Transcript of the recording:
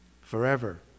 forever